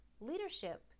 Leadership